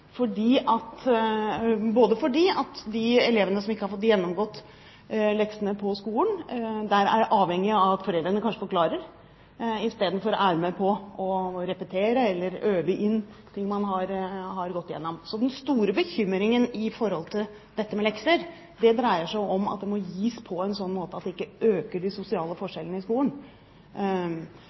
fordi de elevene som ikke har fått gjennomgått leksene på skolen, er avhengige av at foreldrene kanskje forklarer i stedet for å være med på å repetere eller øve inn ting man har gått igjennom. Så den store bekymringen når det gjelder dette med lekser, dreier seg om at de må gis på en sånn måte at det ikke øker de sosiale forskjellene i skolen.